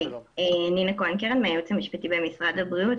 הייעוץ המשפטי במשרד הבריאות.